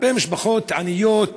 אלפי משפחות עניות,